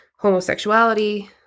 homosexuality